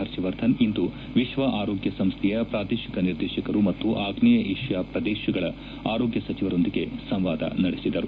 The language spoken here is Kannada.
ಸರ್ಷವರ್ಧನ್ ಇಂದು ವಿಶ್ವ ಆರೋಗ್ಯ ಸಂಸ್ಥೆಯ ಪ್ರಾದೇಶಿಕ ನಿರ್ದೇಶಕರು ಮತ್ತು ಆಗ್ನೇಯ ಏಷ್ಯಾ ಪ್ರದೇಶದ ಆರೋಗ್ತ ಸಚಿವರೊಂದಿಗೆ ಸಂವಾದ ನಡೆಸಿದರು